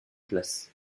place